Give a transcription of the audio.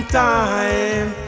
time